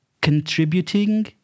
contributing